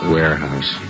Warehouse